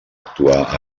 actuar